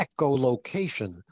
echolocation